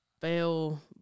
fail